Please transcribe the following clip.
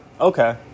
Okay